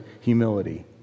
humility